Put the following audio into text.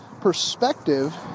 Perspective